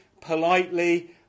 politely